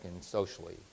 socially